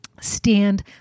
stand